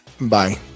Bye